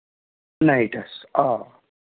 نایٹَس آ